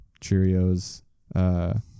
Cheerios